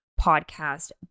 podcast